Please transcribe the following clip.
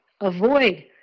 avoid